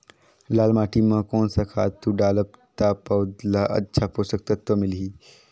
लाल माटी मां कोन सा खातु डालब ता पौध ला अच्छा पोषक तत्व मिलही?